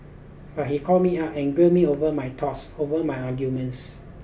but he called me up and grilled me over my thoughts over my arguments